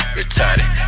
retarded